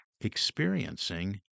experiencing